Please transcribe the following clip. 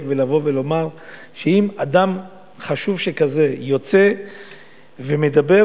ולבוא ולומר שאם אדם חשוב כזה יוצא ומדבר,